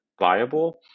viable